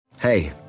Hey